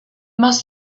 must